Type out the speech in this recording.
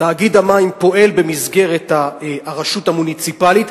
תאגיד המים פועל במסגרת הרשות המוניציפלית,